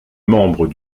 membres